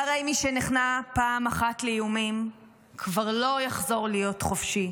והרי מי שנכנע פעם אחת לאיומים כבר לא יחזור להיות חופשי.